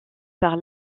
par